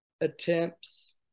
attempts